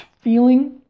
feeling